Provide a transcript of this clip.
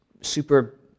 super